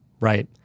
right